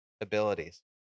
abilities